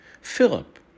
Philip